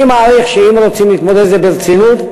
אני מעריך שאם רוצים להתמודד עם זה ברצינות,